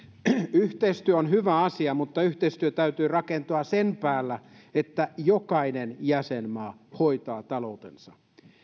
yhteistyö on hyvä asia mutta yhteistyön täytyy rakentua sen päälle että jokainen jäsenmaa hoitaa taloutensa